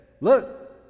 look